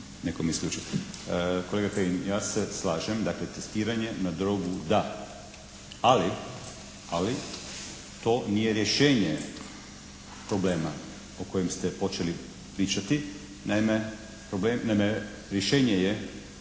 Netko me je isključio. Kolega Kajin! Ja se slažem dakle testiranje na drogu da, ali to nije rješenje problema o kojem ste počeli pričati. Naime, rješenje je